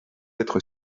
être